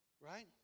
right